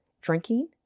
drinking